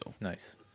Nice